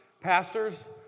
pastors